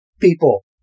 people